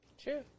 true